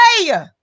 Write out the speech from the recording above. Hey